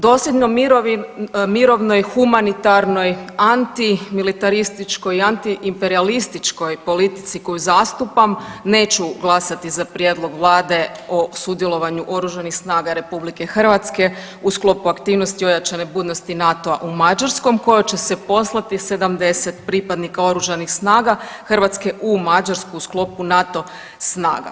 Dosljedno mirovi, mirovnoj, humanitarnoj, antimilitarističkoj i antiimperijalističkoj politici koju zastupam neću glasati za prijedlog vlade o sudjelovanju Oružanih snaga RH u sklopu aktivnosti ojačane budnosti NATO-a u Mađarskoj kojom će se poslati 70 pripadnika Oružanih snaga Hrvatske u Mađarsku u sklopu NATO snaga.